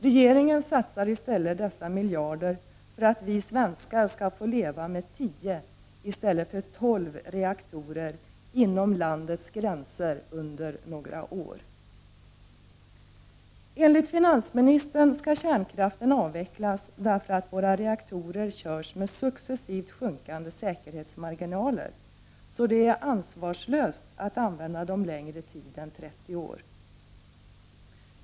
Regeringen satsar i stället dessa miljarder för att vi svenskar inom landets gränser under några år skall få leva med tio i stället för tolv reaktorer. Enligt finansministern skall kärnkraften avvecklas, därför att våra reaktorer körs med successivt sjunkande säkerhetsmarginaler. Det skulle alltså vara ansvarslöst att använda reaktorerna längre tid än 30 år.